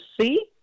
see